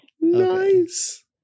nice